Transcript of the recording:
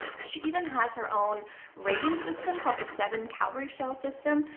she even has her own rating system called the seven cowrie shell system,